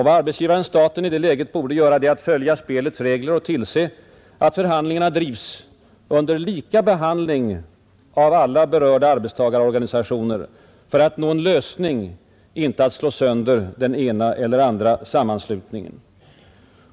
Vad arbetsgivaren-staten i det läget borde göra, det är att följa reglerna och tillse att förhandlingarna drivs under lika behandling av alla berörda arbetstagarorganisationer för att nå en lösning, inte att slå sönder den ena eller andra sammanslutningen.